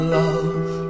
love